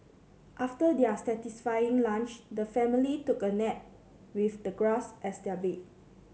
after their satisfying lunch the family took a nap with the grass as their bed